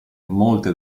molte